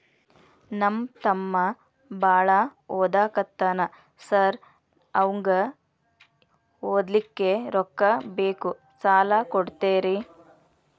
ನಮ್ಮ ತಮ್ಮ ಬಾಳ ಓದಾಕತ್ತನ ಸಾರ್ ಅವಂಗ ಓದ್ಲಿಕ್ಕೆ ರೊಕ್ಕ ಬೇಕು ಸಾಲ ಕೊಡ್ತೇರಿ?